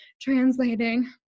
translating